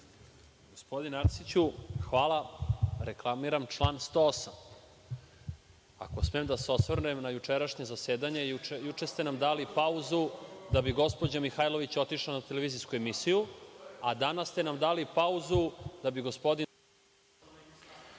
Gospodine Arsiću, hvala. Reklamiram član 108. Ako smem da se osvrnem na jučerašnje zasedanje, juče ste nam dali pauzu da bi gospođa Mihajlović otišla na televizijsku emisiju, a danas ste nam dali pauzu da bi gospodin